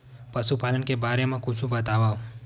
पशुपालन के बारे मा कुछु बतावव?